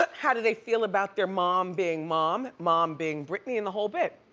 ah how do they feel about their mom being mom, mom being britney and the whole bit.